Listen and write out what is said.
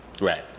Right